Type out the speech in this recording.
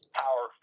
power